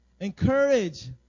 encourage